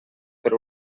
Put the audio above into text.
per